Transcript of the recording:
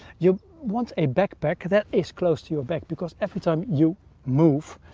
you'll want a backpack that is close to your back because every time you move,